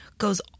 goes